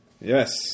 Yes